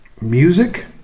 music